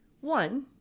one